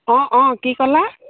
অঁ অঁ কি ক'লা